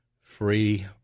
free